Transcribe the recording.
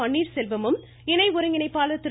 பன்னீர் செல்வமும் இணை ஒருங்கிணைப்பாளர் திரு